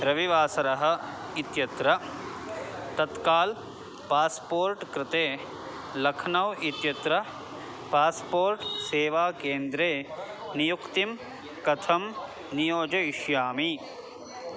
रविवासरः इत्यत्र तत्काल् पास्पोर्ट् कृते लख्नौ इत्यत्र पास्पोर्ट् सेवाकेन्द्रे नियुक्तिं कथं नियोजयिष्यामि